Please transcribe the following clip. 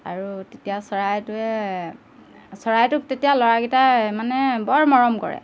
আৰু তেতিয়া চৰাইটোৱে চৰাইটোক তেতিয়া ল'ৰাকেইটাই মানে বৰ মৰম কৰে